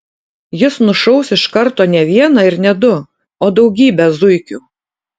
jis nušaus iš karto ne vieną ir ne du o daugybę zuikių